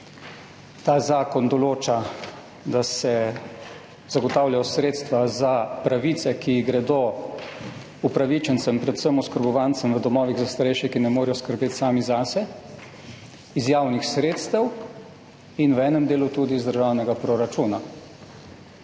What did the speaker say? Ta zakon določa, da se zagotavljajo sredstva za pravice, ki gredo upravičencem, predvsem oskrbovancem v domovih za starejše, ki ne morejo skrbeti sami zase, iz javnih sredstev in v enem delu tudi iz državnega proračuna.